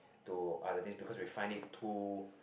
to other things because we find it too